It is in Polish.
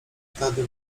wtedy